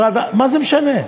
מה זה משנה?